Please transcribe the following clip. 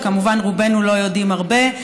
וכמובן רובנו לא יודעים הרבה,